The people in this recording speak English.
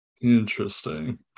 Interesting